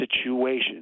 situation